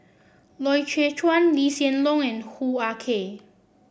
Loy Chye Chuan Lee Hsien Loong and Hoo Ah Kay